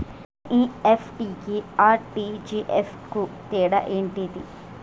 NEFT కి RTGS కు తేడా ఏంటిది?